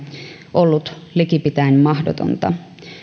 ollut likipitäen mahdotonta